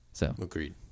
Agreed